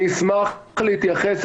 אני אשמח להתייחס,